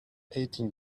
eighteen